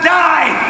die